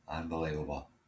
Unbelievable